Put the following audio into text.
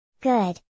Good